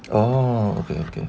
oh okay okay